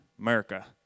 America